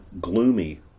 gloomy